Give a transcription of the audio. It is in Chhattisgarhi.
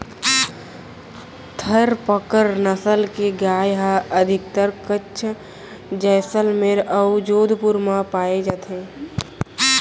थारपकर नसल के गाय ह अधिकतर कच्छ, जैसलमेर अउ जोधपुर म पाए जाथे